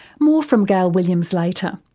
more from gail williams later.